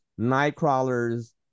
Nightcrawlers